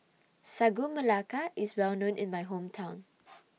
Sagu Melaka IS Well known in My Hometown